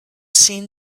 seen